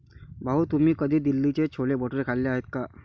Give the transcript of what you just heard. भाऊ, तुम्ही कधी दिल्लीचे छोले भटुरे खाल्ले आहेत का?